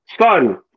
son